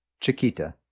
Chiquita